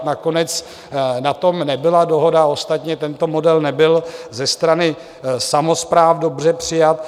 Nakonec na tom nebyla dohoda, ostatně tento model nebyl ze strany samospráv dobře přijat.